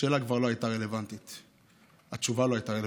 השאלה כבר לא הייתה רלוונטית,